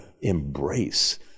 embrace